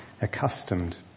accustomed